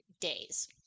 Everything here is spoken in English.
days